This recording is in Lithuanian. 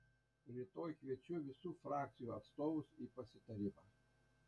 rytoj kviečiu visų frakcijų atstovus į pasitarimą